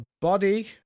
body